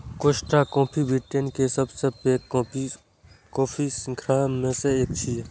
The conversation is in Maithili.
कोस्टा कॉफी ब्रिटेन के सबसं पैघ कॉफी शृंखला मे सं एक छियै